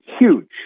huge